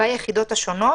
ביחידות השונות.